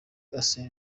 arsene